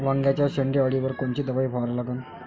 वांग्याच्या शेंडी अळीवर कोनची दवाई फवारा लागन?